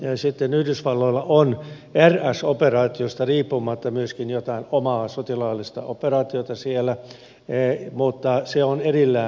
tosin sitten yhdysvalloilla on rs operaatiosta riippumatta myöskin jotain omaa sotilaallista operaatiota siellä mutta se on erillään rsstä